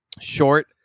short